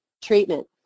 treatment